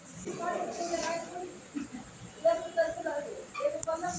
दराँती मजबूत लोहा से बनवावे के चाही